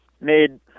made